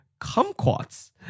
kumquats